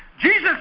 Jesus